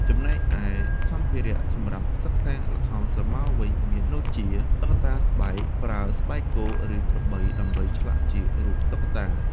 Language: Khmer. ចំំណែកឯសម្ភារៈសម្រាប់សិក្សាល្ខោនស្រមោលវិញមានដូចជា តុក្កតាស្បែក ប្រើស្បែកគោ ឬក្របី ដើម្បីឆ្លាក់ជារូបតុក្កតា។